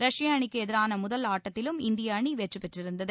ரஷ்ய அணிக்கு எதிரான முதல் ஆட்டத்திலும் இந்திய அணி வெற்றி பெற்றிருந்தது